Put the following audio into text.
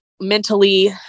mentally